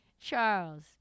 Charles